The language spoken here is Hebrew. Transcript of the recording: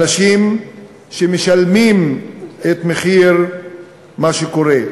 אנשים שמשלמים את מחיר מה שקורה,